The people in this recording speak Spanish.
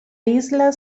isla